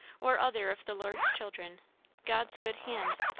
or other of the lord's children god's good hand.